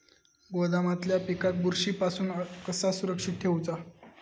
गोदामातल्या पिकाक बुरशी पासून कसा सुरक्षित ठेऊचा?